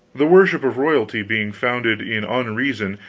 the worship of royalty being founded in unreason,